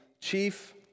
chief